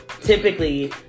typically